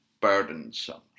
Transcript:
burdensome